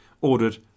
ordered